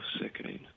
sickening